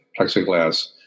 plexiglass